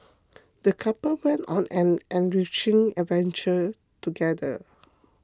the couple went on an enriching adventure together